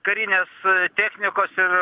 karinės technikos ir